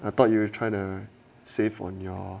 I thought you will try to save on your